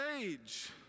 age